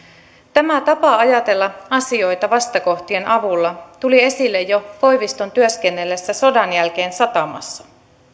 tämä tapa ajatella asioita vastakohtien avulla tuli esille jo koiviston työskennellessä sodan jälkeen satamassa